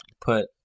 put